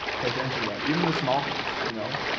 pay attention to that. even the small things, you know,